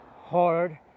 hard